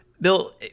Bill